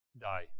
die